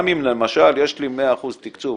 גם אם למשל יש לי 100% תקצוב,